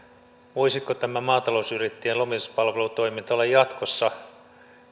voisiko tämä maatalousyrittäjien lomituspalvelutoiminta olla jatkossa